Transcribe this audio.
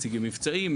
מציגים מבצעים,